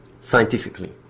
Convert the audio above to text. scientifically